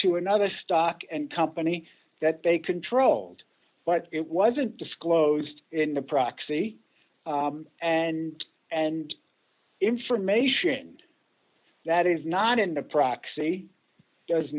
to another stock and company that they controlled but it wasn't disclosed in the proxy and and information that is not in the proxy does